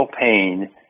pain